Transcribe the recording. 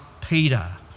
Peter